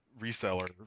reseller